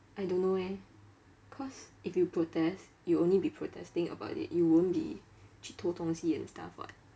I don't know eh cause if you protest you'll only be protesting about it you won't be 去偷东西 and stuff [what]